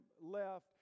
left